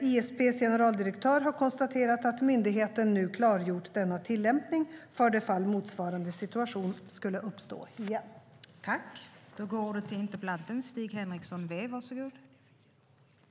ISP:s generaldirektör har konstaterat att myndigheten nu klargjort denna tillämpning för det fall motsvarande situation skulle uppstå igen.